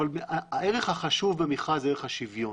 אבל הערך החשוב במכרז זה ערך השוויון,